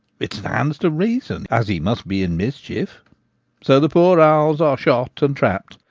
it stands to reason as he must be in mischief so the poor owls are shot and trapped,